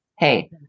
Hey